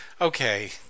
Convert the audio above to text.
okay